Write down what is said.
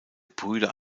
brüder